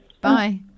Bye